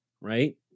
right